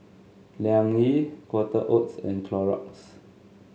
Liang Yi Quaker Oats and Clorox